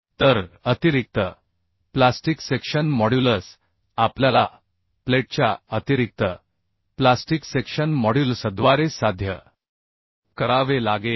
तर अतिरिक्त plastic section modulus आपल्याला प्लेटच्या अतिरिक्त प्लास्टिक सेक्शन मॉड्युलसद्वारे साध्य करावे लागेल